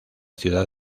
ciudad